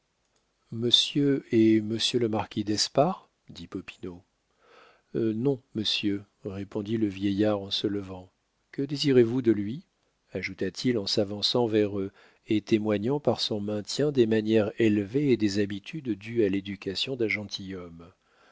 monsieur est monsieur le marquis d'espard dit popinot non monsieur répondit le vieillard en se levant que désirez-vous de lui ajouta-t-il en s'avançant vers eux et témoignant par son maintien des manières élevées et des habitudes dues à l'éducation d'un